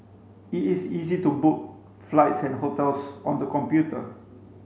it is easy to book flights and hotels on the computer